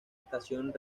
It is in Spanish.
estación